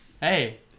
Hey